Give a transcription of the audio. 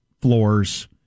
floors